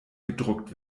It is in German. gedruckt